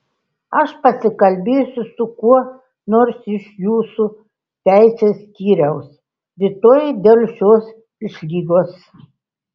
aš pasikalbėsiu su kuo nors iš jūsų teisės skyriaus rytoj dėl šios išlygos